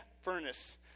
furnace